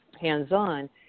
hands-on